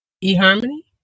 e-harmony